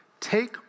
Take